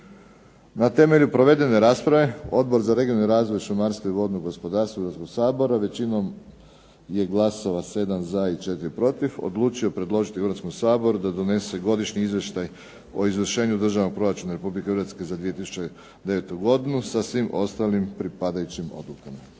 Na temelju provedene rasprave Odbor za regionalni razvoj, šumarstvo i vodno gospodarstvo Hrvatskog sabora većinom je glasova 7 za i 4 protiv odlučio predložiti HRvatskom saboru da donese Godišnji izvještaj o izvršenju Državnog proračuna Republike Hrvatske za 2009. godinu sa svim ostalim pripadajućim odlukama.